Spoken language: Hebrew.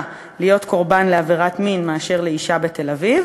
להיות קורבן לעבירת מין מאשר לאישה בתל-אביב,